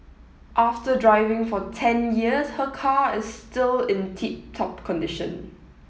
after driving for ten years her car is still in tip top condition